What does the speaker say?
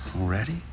Already